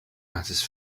matters